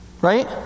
Right